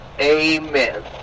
amen